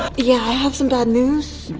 yeah, i have some bad news.